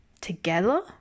together